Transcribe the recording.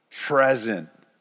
present